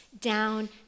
down